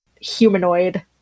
humanoid